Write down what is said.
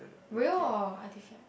real or artifact